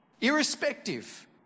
Irrespective